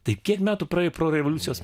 tai kiek metų praėjo pro revoliucijos